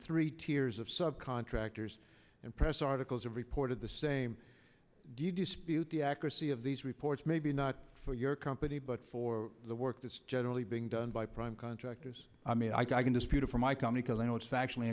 three tiers of sub contractors and press articles have reported the same do you dispute the accuracy of these reports maybe not for your company but for the work that's generally being done by private contractors i mean i can dispute a for my company because i know it's factually